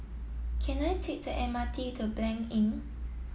can I take the M R T to Blanc Inn